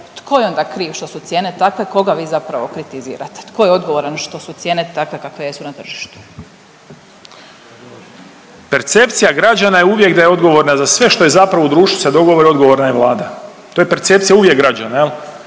tko je onda kriv što su cijene takve, koga vi zapravo kritizirate? Tko je odgovoran što su cijene takve kakve jesu na tržištu? **Lalovac, Boris (SDP)** Percepcija građana uvijek da je odgovorna za sve što je zapravo u društvu se dogodilo je odgovorna Vlada. To je percepcija uvijek građana. Pa